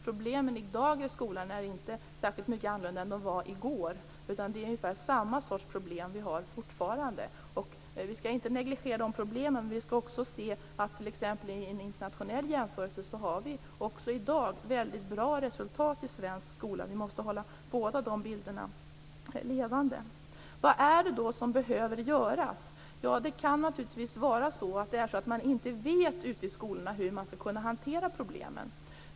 Problemen i dagens skola är inte särskilt mycket annorlunda än vad de var i går, utan det är ungefär samma sorts problem som vi fortfarande har. Vi skall inte negligera de problemen. Men vi skall också se att i en internationell jämförelse har vi även i dag väldigt bra resultat i svensk skola. Vi måste hålla båda de bilderna levande. Vad är det då som behöver göras? Det kan naturligtvis vara så att man ute i skolorna inte vet hur man skall kunna hantera problemen.